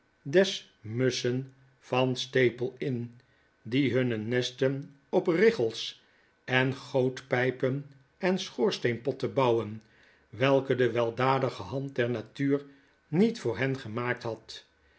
des musschen van staple inn die hunne nesten op riggels en gootpypen en schoorsteenpotten bouwen welke de weldadige hand der natuur niet voor hen gemaakt had